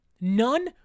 none